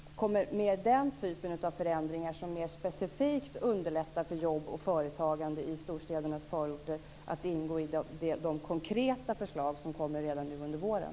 Kommer mer av den typen av förändringar som mer specifikt underlättar för jobb och företagande i storstädernas förorter att ingå i de konkreta förslag som kommer redan nu under våren?